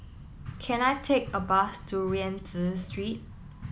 can I take a bus to Rienzi Street